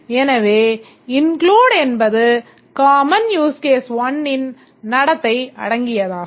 எனவே include என்பது common use case 1ன் நடத்தை அடங்கியதாகும்